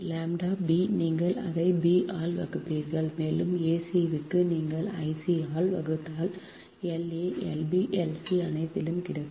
ʎ b நீங்கள் அதை b ஆல் வகுப்பீர்கள் மேலும் a c க்கு நீங்கள் i c ஆல் வகுத்தால் L a L b L c அனைத்தும் கிடைக்கும்